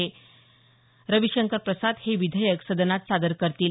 मंत्री रविशंकर प्रसाद हे विधेयक सदनात सादर करतील